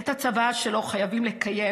את הצוואה שלו חייבים לקיים.